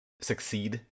succeed